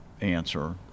answer